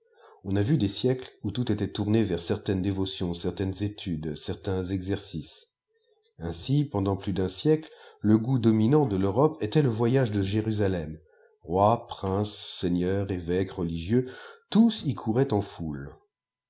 on a vu des siècles où tout était tourné vers certaines dévotions certaines études certains exercices ainsi pendant pfus d un siècle le goût dominant de teurope était le voyage de jérusalem rois princes seigneurs évèques religieux tous y couraient en foule